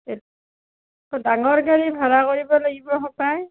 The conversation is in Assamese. এত ডাঙৰ গাড়ী ভাড়া কৰিব লাগিব হ'পায়